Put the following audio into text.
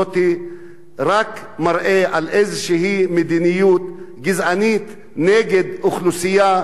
זה רק מראה על איזושהי מדיניות גזענית נגד אוכלוסייה,